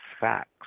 facts